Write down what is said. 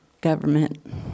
government